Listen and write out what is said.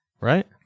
Right